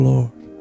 Lord